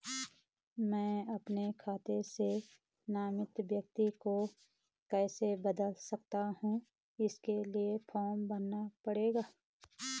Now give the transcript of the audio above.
मैं अपने खाते से नामित व्यक्ति को कैसे बदल सकता हूँ इसके लिए फॉर्म भरना पड़ेगा?